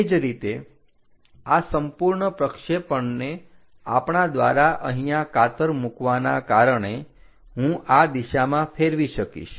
તે જ રીતે આ સંપૂર્ણ પ્રક્ષેપણને આપણા દ્વારા અહીંયા કાતર મૂકવાના કારણે હું આ દિશામાં ફેરવી શકીશ